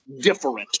different